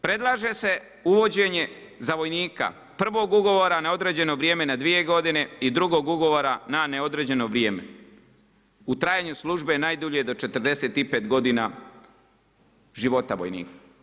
Predlaže se uvođenje za vojnika prvog ugovora na određeno vrijeme na dvije godine i drugog ugovora na neodređeno vrijeme u trajanju službe najdulje do 45 godina života vojnika.